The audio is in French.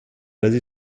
basé